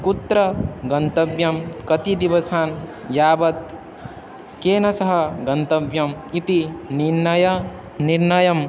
कुत्र गन्तव्यं कति दिवसान् यावत् केन सह गन्तव्यम् इति निर्णयं निर्णयम्